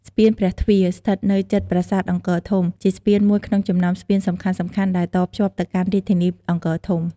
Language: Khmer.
ស្ពានព្រះទ្វារ ស្ថិតនៅជិតប្រាសាទអង្គរធំ ជាស្ពានមួយក្នុងចំណោមស្ពានសំខាន់ៗដែលតភ្ជាប់ទៅកាន់រាជធានីអង្គរធំ។